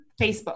Facebook